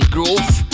Groove